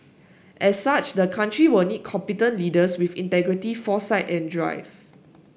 as such the country will need competent leaders with integrity foresight and drive